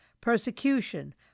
persecution